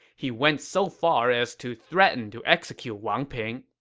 he went so far as to threaten to execute wang ping.